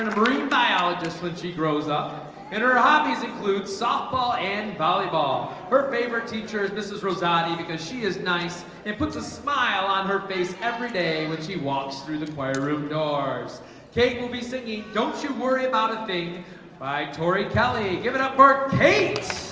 and marine biologist when she grows up and her hobbies include softball and volleyball her favorite teachers. mrs. rosati because she is nice it puts a smile on her face every day when she walks through the choir room doors kate will be singing don't you worry about a thing by tori kelly. give it up art hey